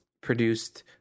produced